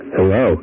Hello